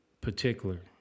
particular